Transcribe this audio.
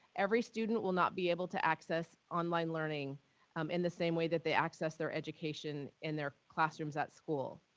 every student will not be able to access online learning um in the same way that they access their education in their classrooms at school.